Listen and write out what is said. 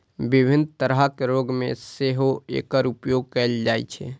विभिन्न तरहक रोग मे सेहो एकर उपयोग कैल जाइ छै